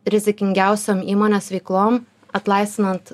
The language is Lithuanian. rizikingiausiom įmonės veiklom atlaisvinant